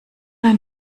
ein